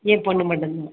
என் பொண்ணு மட்டும்தான்